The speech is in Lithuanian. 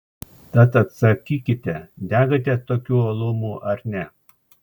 tad atsakykite degate tokiu uolumu ar ne